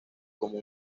como